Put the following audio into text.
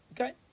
Okay